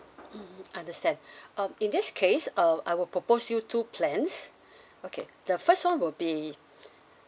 mmhmm understand um in this case uh I will propose you two plans okay the first one will be